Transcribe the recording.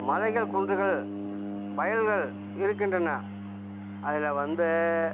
மலைகள் குன்றுகள் வயல்கள் இருக்கின்றன அதில் வந்து